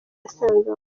asanganywe